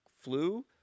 flu